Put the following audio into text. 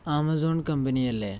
Amazon കമ്പനിയല്ലേ